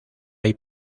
hay